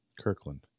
kirkland